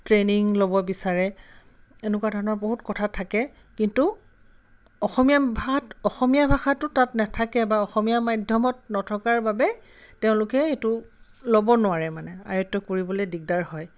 training ল'ব বিচাৰে এনেকুৱা ধৰণৰ বহুত কথা থাকে কিন্তু অসমীয়া ভাষাত অসমীয়া ভাষাটো তাত নাথাকে বা অসমীয়া মাধ্যমত নথকাৰ বাবে তেওঁলোকে এইটো ল'ব নোৱাৰে মানে আয়ত্ব কৰিবলৈ দিগদাৰ হয়